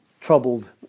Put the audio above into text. troubled